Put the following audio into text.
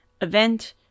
event